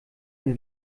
ein